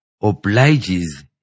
obliges